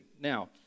Now